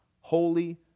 holy